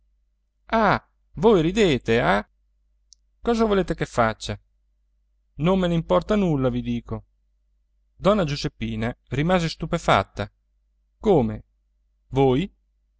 voi ridete ah cosa volete che faccia non me ne importa nulla vi dico donna giuseppina rimase stupefatta come voi